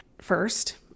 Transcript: First